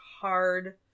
hard